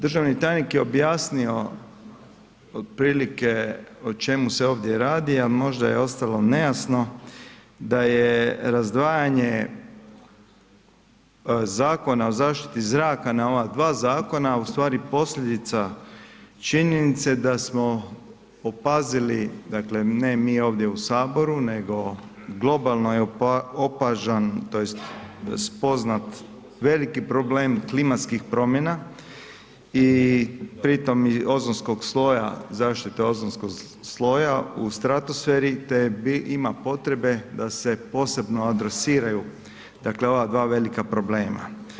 Državni tajnik je objasnio otprilike o čemu se ovdje radi, a možda je ostalo nejasno da je razdvajanje Zakona o zaštiti zraka na ova dva zakona ustvari posljedica činjenice da smo opazili, dakle ne mi ovdje u Saboru nego globalno je opažen tj. spoznat veliki problem klimatskih promjena i pri tom ozonskog sloja, zaštite ozonskog sloja u stratosferi te ima potrebe da se posebno adresiraju ova dva velika problema.